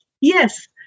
Yes